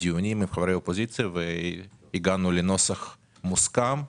דיונים עם חברי אופוזיציה והגענו לנוסח מוסכם,